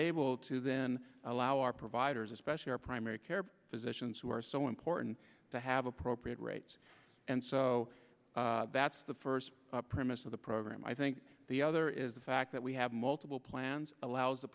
able to then allow our providers especially our primary care physicians who are so important to have appropriate rates and so that's the first premise of the program i think the other is the fact that we have multiple plans allows the